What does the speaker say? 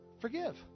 forgive